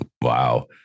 Wow